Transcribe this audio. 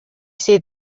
said